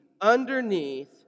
underneath